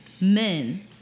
Men